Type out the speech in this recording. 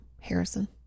Harrison